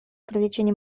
привлечения